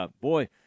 boy